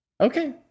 okay